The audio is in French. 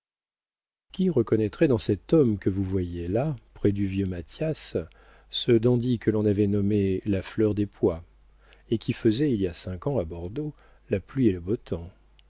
qui reconnaîtrait dans cet homme que vous voyez là près du vieux mathias ce dandy que l'on avait nommé la fleur des pois et qui faisait il y a cinq ans à bordeaux la pluie et le beau temps